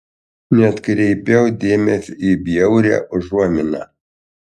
neatkreipiau dėmesio į bjaurią užuominą